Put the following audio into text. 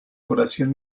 curación